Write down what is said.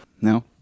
No